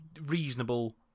reasonable